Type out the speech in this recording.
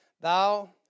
thou